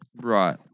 Right